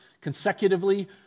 consecutively